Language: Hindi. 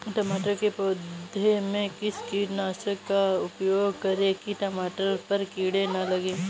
टमाटर के पौधे में किस कीटनाशक का उपयोग करें कि टमाटर पर कीड़े न लगें?